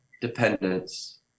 dependence